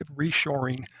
reshoring